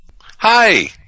Hi